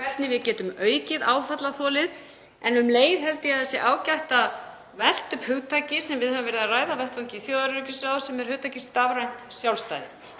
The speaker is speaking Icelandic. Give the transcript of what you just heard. hvernig við getum aukið áfallaþolið. En um leið held ég að það sé ágætt að velta upp hugtaki sem við höfum verið að ræða á vettvangi þjóðaröryggisráðs sem er hugtakið stafrænt sjálfstæði,